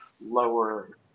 lower